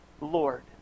Lord